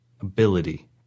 ability